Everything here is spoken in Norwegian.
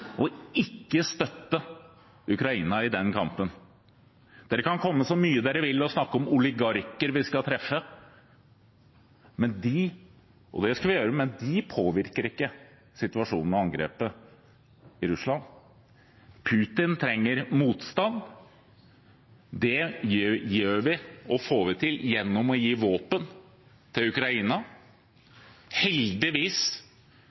å ikke støtte Ukraina i den kampen. Dere kan komme så mye dere vil og snakke om oligarker vi skal treffe, og det skal vi gjøre, men de påvirker ikke situasjonen med angrepet i Russland. Putin trenger motstand. Det gjør vi og får vi til gjennom å gi våpen til